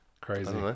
Crazy